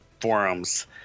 forums